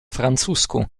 francusku